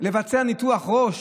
לבצע ניתוח ראש?